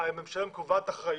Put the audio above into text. הממשלה קובעת אחריות,